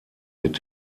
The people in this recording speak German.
mit